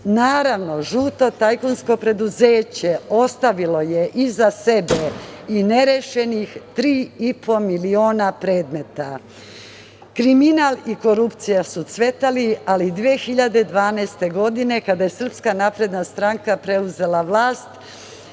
Naravno, žuto tajkunsko preduzeće ostavilo je iza sebe i nerešenih 3,5 miliona predmeta. Kriminal i korupcija su cvetali, ali 2012. godine, kada je SNS preuzela vlast,